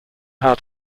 how